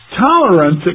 tolerance